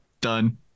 done